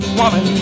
woman